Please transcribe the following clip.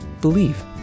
believe